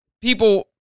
people